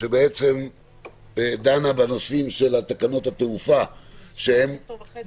שבעצם בדנה בנושאים של תקנות התעופה שהן